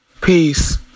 Peace